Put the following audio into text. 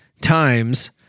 times